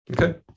Okay